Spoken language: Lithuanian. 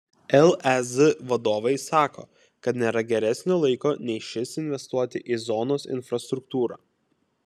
lez vadovai sako kad nėra geresnio laiko nei šis investuoti į zonos infrastruktūrą